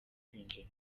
kwinjira